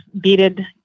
beaded